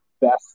best